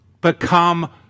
become